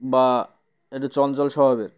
বা এক্টু চঞ্চল স্বভাবের